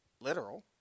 literal